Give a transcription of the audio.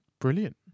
Brilliant